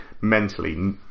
mentally